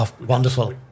wonderful